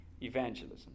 evangelism